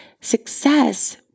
Success